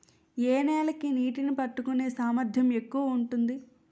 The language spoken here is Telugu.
ఏ నేల కి నీటినీ పట్టుకునే సామర్థ్యం ఎక్కువ ఉంటుంది?